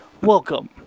Welcome